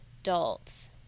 adults